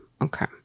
Okay